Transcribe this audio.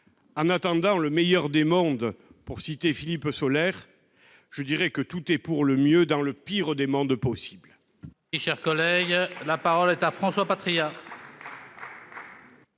En attendant le meilleur des mondes, pour citer Philippe Sollers, je dirai que tout est pour le mieux dans le pire des mondes possibles